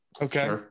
Okay